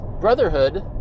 brotherhood